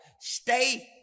Stay